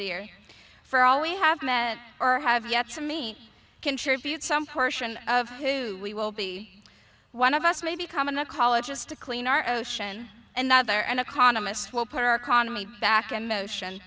dear for all we have met or have yet to me contribute some portion of who we will be one of us maybe come in the college just to clean our ocean another an economist will put our economy back in motion